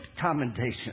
commendation